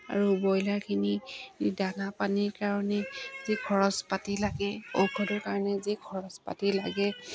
আৰু ব্ৰইলাৰখিনি দানা পানীৰ কাৰণে যি খৰচ পাতি লাগে ঔষধৰ কাৰণে যি খৰচ পাতি লাগে